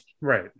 right